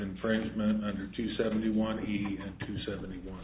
infringement under two seventy one the two seventy one